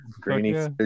greeny